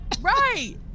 right